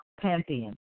pantheon